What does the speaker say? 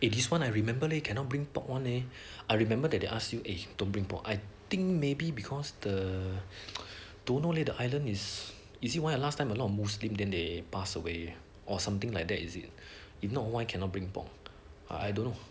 eh this one I remember leh you cannot bring pork one leh I remember that they ask you eh don't bring pork I think maybe because the don't know leh the island is is it why ah last time a lot of muslim than they pass away or something like that is it if not why cannot bring pork I don't know